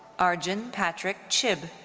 arjun patrick chib.